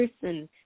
person